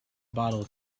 bottle